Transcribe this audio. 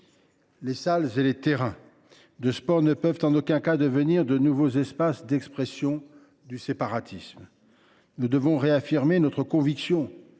Les salles et les terrains de sport ne peuvent en aucun cas devenir de nouveaux espaces d’expression du séparatisme. Il nous faut réaffirmer notre conviction